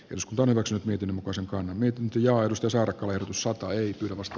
eduskunta hyväksyy tietyn osan kauniit ja edustusarkkujen sotaa ei vasta